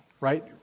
right